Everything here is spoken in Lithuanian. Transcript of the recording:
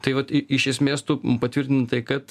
tai vat iš esmės tu patvirtini tai kad